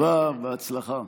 (חותמת על ההצהרה) בשעה טובה ובהצלחה.